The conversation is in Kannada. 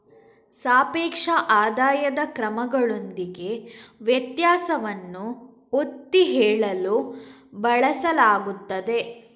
ಸಾಪೇಕ್ಷ ಆದಾಯದ ಕ್ರಮಗಳೊಂದಿಗೆ ವ್ಯತ್ಯಾಸವನ್ನು ಒತ್ತಿ ಹೇಳಲು ಬಳಸಲಾಗುತ್ತದೆ